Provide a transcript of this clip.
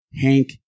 Hank